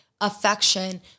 affection